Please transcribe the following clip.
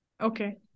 Okay